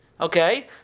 Okay